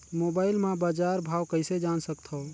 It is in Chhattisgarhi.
मोबाइल म बजार भाव कइसे जान सकथव?